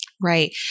Right